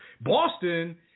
Boston